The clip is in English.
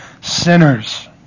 sinners